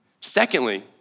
Secondly